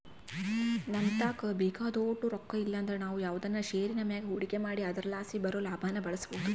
ನಮತಾಕ ಬೇಕಾದೋಟು ರೊಕ್ಕ ಇಲ್ಲಂದ್ರ ನಾವು ಯಾವ್ದನ ಷೇರಿನ್ ಮ್ಯಾಗ ಹೂಡಿಕೆ ಮಾಡಿ ಅದರಲಾಸಿ ಬರೋ ಲಾಭಾನ ಬಳಸ್ಬೋದು